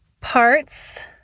parts